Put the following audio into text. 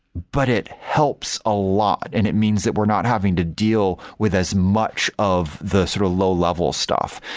but it helps a lot, and it means that we're not having to deal with as much of the sort of low level stuff.